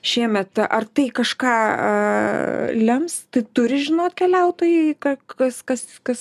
šiemet ar tai kažką a lems tu turi žinot keliautojai ką kas kas kas